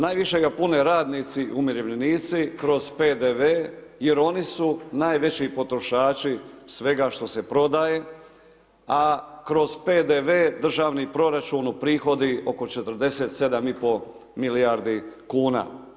Najviše ga pune radnici, umirovljenici kroz PDV, jer oni su najveći potrošači svega što se prodaje, a kroz PDV državni proračun uprihodi oko 47,5 milijardi kn.